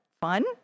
fun